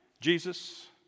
Jesus